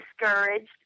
discouraged